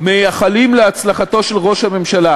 מייחלים להצלחתו של ראש הממשלה,